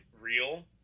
real